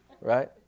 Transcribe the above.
Right